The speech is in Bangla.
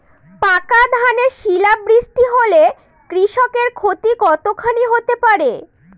পাকা ধানে শিলা বৃষ্টি হলে কৃষকের ক্ষতি কতখানি হতে পারে?